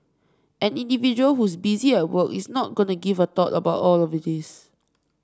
an individual who's busy at work is not going to give a thought about all of this